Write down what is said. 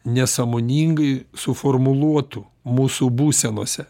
nesąmoningai suformuluotų mūsų būsenose